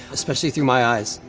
especially through my eyes.